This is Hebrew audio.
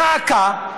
דא עקא,